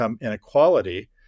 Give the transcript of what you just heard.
inequality